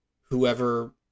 whoever